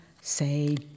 say